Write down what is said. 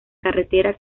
carretera